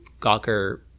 gawker